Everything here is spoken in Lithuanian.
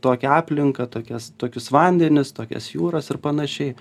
tokią aplinką tokias tokius vandenis tokias jūras ir panašiai